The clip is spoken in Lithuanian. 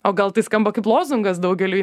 o gal tai skamba kaip lozungas daugeliui